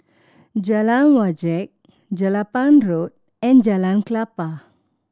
Jalan Wajek Jelapang Road and Jalan Klapa